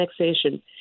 annexation